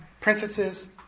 princesses